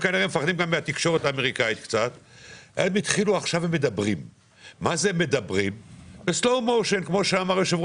עכשיו הם מדברים, רק הם מדברים בסלואו מושן.